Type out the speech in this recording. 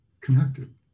connected